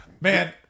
Man